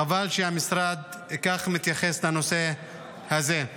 חבל שהמשרד מתייחס כך לנושא הזה.